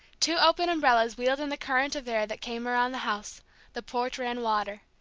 two opened umbrellas wheeled in the current of air that came around the house the porch ran water.